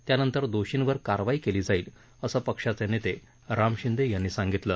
त्यानंतर दोषींवर कारवाई केली जाईल असं पक्षाचे नेते राम शिंदे यांनी सांगितलं